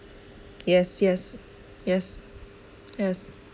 yes yes yes